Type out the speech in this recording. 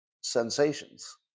sensations